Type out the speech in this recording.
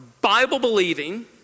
Bible-believing